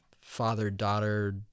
father-daughter